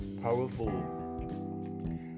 powerful